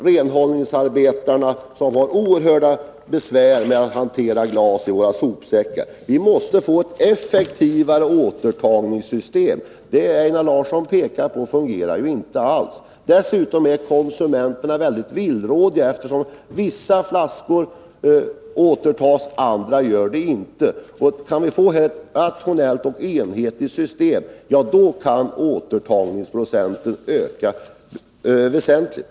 Renhållningsarbetarna har som bekant oerhörda besvär med att hantera glas i våra sopsäckar. Vi måste få ett effektivare återtagningssystem. Det system som Einar Larsson hänvisar till fungerar inte alls. Dessutom är kunderna mycket villrådiga, eftersom vissa flaskor återtas, medan andra inte återtas. Om vi kan få ett rationellt och enhetligt system kan återtagningsprocenten öka väsentligt.